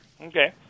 Okay